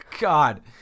God